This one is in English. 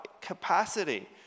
capacity